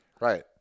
Right